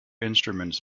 instruments